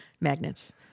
Magnets